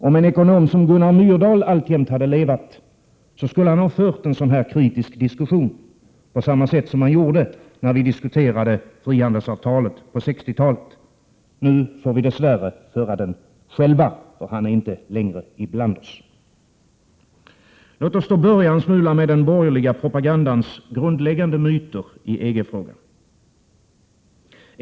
Om en ekonom som Gunnar Myrdal alltjämt hade levat, skulle han ha fört en sådan här kritisk diskussion på samma sätt som han gjorde när vi diskuterade frihandelsavtalet på 60-talet. Nu får vi dess värre föra den själva, för han är inte längre ibland oss. Låt oss då börja med den borgerliga propagandans grundläggande myter i EG-frågan.